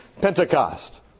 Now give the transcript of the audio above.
Pentecost